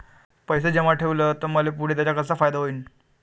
पैसे जमा ठेवले त मले पुढं त्याचा कसा फायदा होईन?